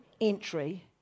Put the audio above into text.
entry